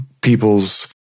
people's